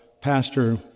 pastor